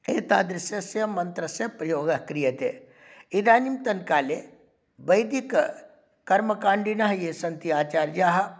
एतादृशस्य मन्त्रस्य प्रयोगः क्रियते इदानीन्तनकाले वैदिककर्मकाण्डिनः ये सन्ति आचार्याः